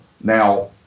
Now